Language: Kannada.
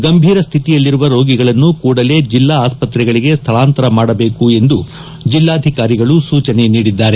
ಗಂಭೀರ ಸ್ನಿತಿಯಲ್ಲಿರುವ ರೋಗಿಗಳನ್ನು ಕೂಡಲೇ ಜಿಲ್ಲಾ ಆಸ್ತತೆಗಳಿಗೆ ಸ್ನಳಾಂತರ ಮಾಡಬೇಕು ಎಂದು ಜಿಲ್ಲಾಧಿಕಾರಿಗಳು ಸೂಚನೆ ನೀಡಿದ್ದಾರೆ